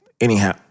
Anyhow